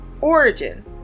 origin